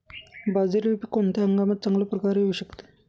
बाजरी हे पीक कोणत्या हंगामात चांगल्या प्रकारे येऊ शकते?